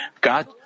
God